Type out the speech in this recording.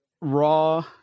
Raw